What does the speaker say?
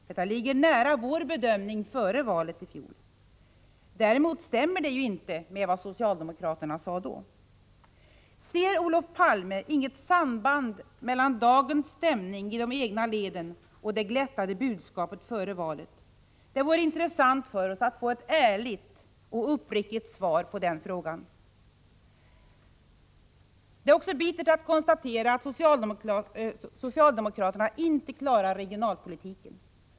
Detta ligger nära vår bedömning före valet i fjol. Däremot stämmer det inte med vad socialdemokraterna sade då. Ser Olof Palme inget samband mellan dagens stämning i de egna leden och det glättade budskapet före valet? Det vore intressant för oss att få ett ärligt och uppriktigt svar på den frågan. Det är också bittert att konstatera att socialdemokraterna inte klarar regionalpolitiken.